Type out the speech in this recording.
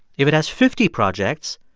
if it has fifty projects,